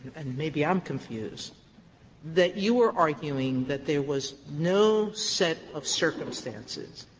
and maybe i'm confused that you were arguing that there was no set of circumstances